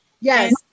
Yes